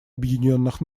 объединенных